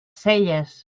celles